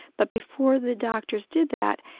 but before the doctors did that,